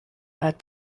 that